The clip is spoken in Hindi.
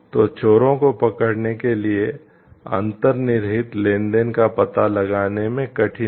तो चोरों को पकड़ने के लिए अंतर्निहित लेनदेन का पता लगाने में कठिनाई